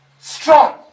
strong